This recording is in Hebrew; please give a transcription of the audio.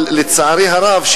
אבל לצערי הרב,